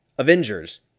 Avengers